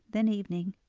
then evening,